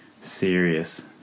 serious